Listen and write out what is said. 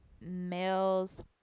males